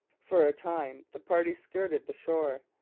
for a time the party skirted the shore.